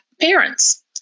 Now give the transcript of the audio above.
parents